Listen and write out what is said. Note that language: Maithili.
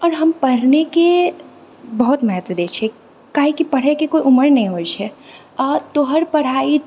आओर हम पढ़नेके बहुत महत्व दए छिऐ काहेकि पढ़एके कोइ उमर नहि होइत छै आ तोहर पढ़ाइ